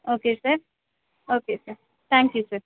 okay sir okay sir thank you sir